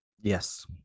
Yes